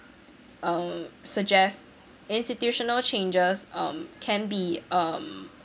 uh suggests institutional changes um can be um